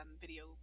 video